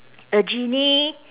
a genie